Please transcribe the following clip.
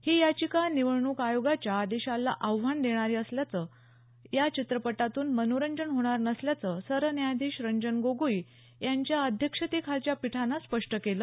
ही याचिका निवडणूक आयोगाच्या आदेशाला आव्हान देणारी असल्याचं सांगतानाच या चरित्रपटातून मनोरंजन होणार नसल्याचं सरन्यायाधीश रंजन गोगोई यांच्या अध्यक्षतेखालच्या पीठानं स्पष्ट केलं